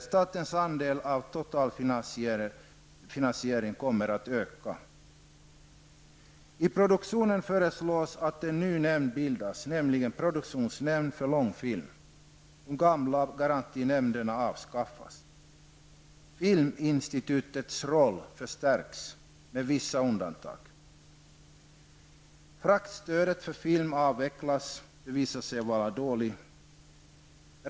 Statens andel av totalfinansieringen kommer att öka. I propositionen föreslås också att en ny nämnd bildas, nämligen en produktionsnämnd för långfilm. De gamla garantinämnderna avskaffas. Filminstitutets roll förstärks med vissa undantag. Fraktstödet för film avvecklas, eftersom det har visat sig vara dåligt.